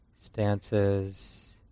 stances